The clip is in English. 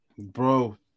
Bro